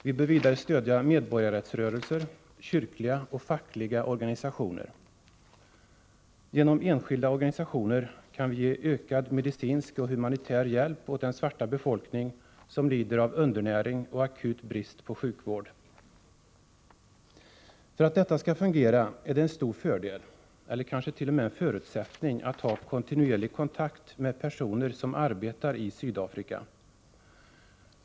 Vi bör vidare stödja da organisationer kan vi ge ökad medicinsk och humanitär hjälp åt den svarta emm befolkning som lider av undernäring och akut brist på sjukvård. För att detta skall fungera är det en stor fördel, eller kanske t.o.m. en förutsättning, att ha kontinuerlig kontakt med de personer som arbetar i Sydafrika.